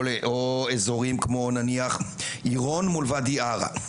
או אזורים כמו נניח עירון מול ואדי ערה.